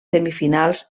semifinals